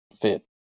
fit